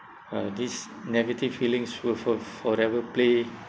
uh this negative feelings will for~ forever play